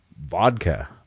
vodka